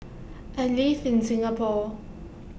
I live in Singapore